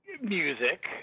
music